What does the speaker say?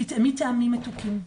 תטעמי טעמים מתוקים,